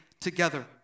together